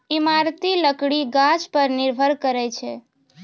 इमारती लकड़ी गाछ पर निर्भर करै छै